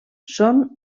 són